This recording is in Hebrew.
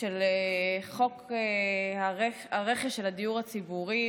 של חוק הרכש של הדיור הציבורי,